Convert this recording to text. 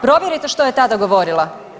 Provjerite što je tada govorila.